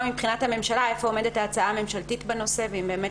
מבחינת הממשלה היכן עומדת ההצעה הממשלתית בנושא ואם באמת